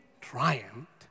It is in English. triumphed